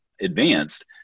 advanced